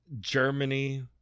Germany